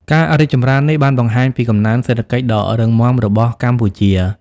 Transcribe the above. ការរីកចម្រើននេះបង្ហាញពីកំណើនសេដ្ឋកិច្ចដ៏រឹងមាំរបស់កម្ពុជា។